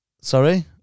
Sorry